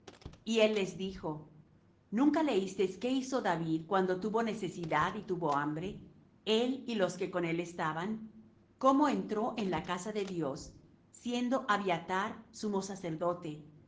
y él les dijo nunca leísteis qué hizo david cuando tuvo necesidad y tuvo hambre él y los que con él estaban cómo entró en la casa de dios siendo abiathar sumo